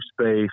space